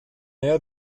her